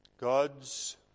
God's